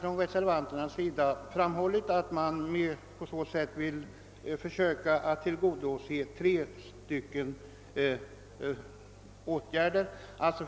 Reservanterna säger sig vilja tillgodose tre intressen.